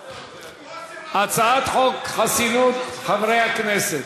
הצעות חוק חסינות חברי הכנסת.